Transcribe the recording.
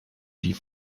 die